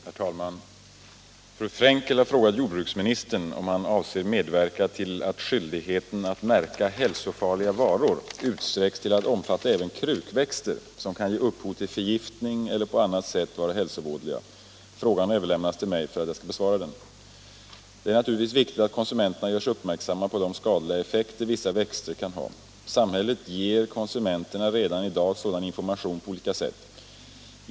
Herr talman! Fru Frenkel har frågat jordbruksministern om han avser medverka till att skyldigheten att märka hälsofarliga varor utsträcks till att omfatta även krukväxter som kan ge upphov till förgiftning eller på annat sätt vara hälsovådliga. Frågan har överlämnats till mig för att jag skall besvara den. Det är naturligtvis viktigt att konsumenterna görs uppmärksamma på de skadliga effekter vissa växter kan ha. Samhället ger konsumenterna redan i dag sådan information på olika sätt.